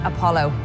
Apollo